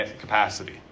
capacity